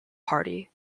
party